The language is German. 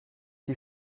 die